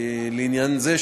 לעניין זה,